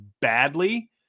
badly